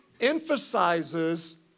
emphasizes